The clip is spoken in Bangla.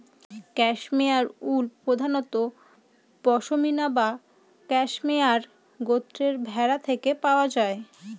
ক্যাশমেয়ার উল প্রধানত পসমিনা বা ক্যাশমেয়ার গোত্রের ভেড়া থেকে পাওয়া যায়